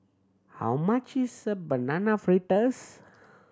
how much is Banana Fritters